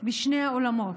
בשני העולמות,